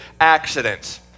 accidents